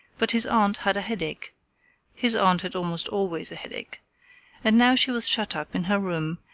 but his aunt had a headache his aunt had almost always a headache and now she was shut up in her room,